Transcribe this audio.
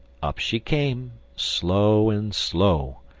up she came, slow and slow,